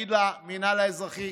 ויגיד למינהל האזרחי: